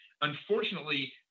unfortunately –